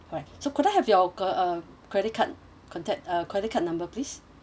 alright so could I have your ca~ uh credit card contact uh credit card number please